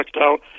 out